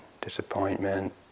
disappointment